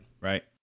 Right